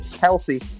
Healthy